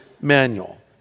manual